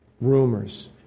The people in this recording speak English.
Rumors